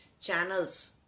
channels